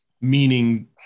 meaning